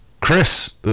Chris